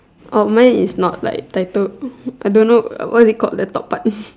oh mine is not like titled I don't know what is it called the top part